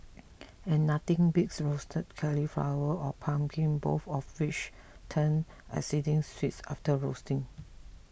and nothing beats roasted cauliflower or pumpkin both of which turn exceedingly sweets after roasting